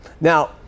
Now